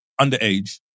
underage